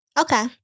Okay